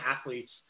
athletes